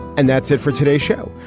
and that's it for today's show.